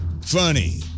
funny